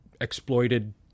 exploited